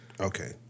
Okay